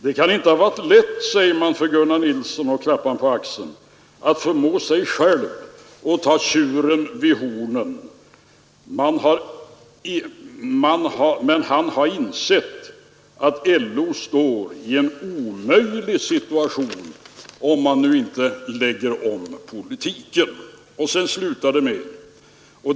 ”Det kan inte ha varit lätt för Gunnar Nilsson” — säger man och klappar honom på axeln — ”att förmå sig själv att ta tjuren vid hornen. Men han har insett att LO står i en helt omöjlig situation” om man nu inte lägger om politiken.